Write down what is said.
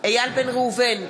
איל בן ראובן,